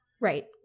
Right